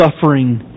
suffering